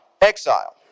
Exile